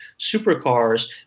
supercars